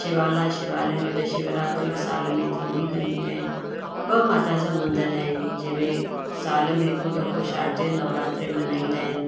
शिवाला शिवाले में त शिवरात्री साल में थींदी कंदियूं आहिनि ॿ माता जा मंदर आहिनि जंहिंमें साल में हिकु दफ़ो शारजे नवरात्रे मनाईंदा आहिनि